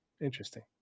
Interesting